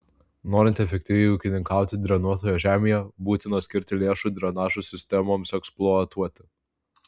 norint efektyviai ūkininkauti drenuotoje žemėje būtina skirti lėšų drenažo sistemoms eksploatuoti